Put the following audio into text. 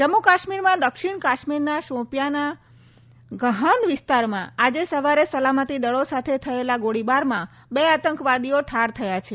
જમ્મુ કાશ્મીરમાં દક્ષિણ કાશ્મીરમાં શોપિયાના ગહાન્દ વીસ્તારમાં આજે સવારે સલામતી દળો સાથે થયેલા ગોળીબારમાં બે આતંકવાદીઓ ઠાર થયા છે